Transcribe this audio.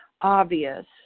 obvious